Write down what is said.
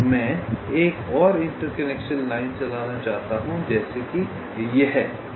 मैं एक और इंटर कनेक्शन लाइन चलाना चाहता हूं जैसे कि यह कहूं